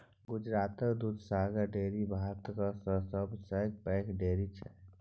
गुजरातक दुधसागर डेयरी भारतक सबसँ पैघ डेयरी छै